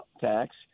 tax